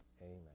Amen